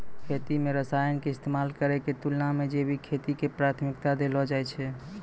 खेती मे रसायन के इस्तेमाल करै के तुलना मे जैविक खेती के प्राथमिकता देलो जाय छै